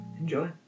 Enjoy